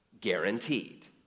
guaranteed